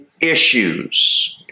issues